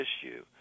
issue